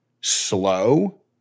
slow